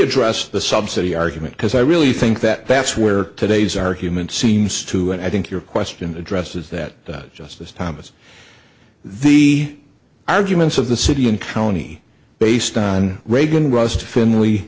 address the subsidy argument because i really think that that's where today's argument seems to and i think your question addresses that justice thomas the arguments of the city and county based on reagan was